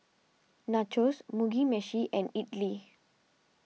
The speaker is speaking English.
Nachos Mugi Meshi and Idili